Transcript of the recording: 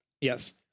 yes